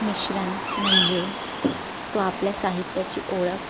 मिश्रण म्हणजे तो आपल्या साहित्याची ओळख